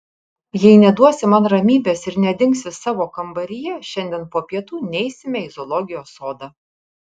jei neduosi man ramybės ir nedingsi savo kambaryje šiandien po pietų neisime į zoologijos sodą